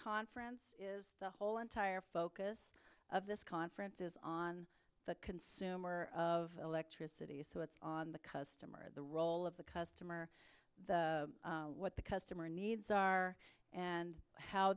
conference is the whole entire focus of this conference is on a consumer of electricity so it's on the customer the role of the customer what the customer needs are and how